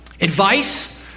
advice